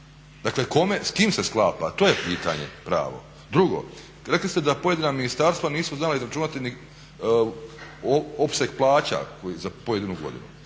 kome, s kime se sklapa, to je pitanje pravo. Drugo. Rekli ste da pojedina ministarstva nisu znala izračunati opseg plaća za pojedinu godinu.